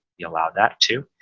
you allow that too.